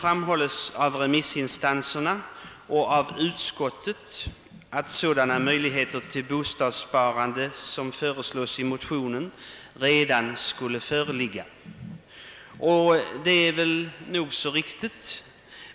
Såväl remissinstanserna som utskottsmajoriteten anför att sådana möjligheter till bostadssparande, som föreslås i motionen, redan skulle föreligga. Detta är riktigt.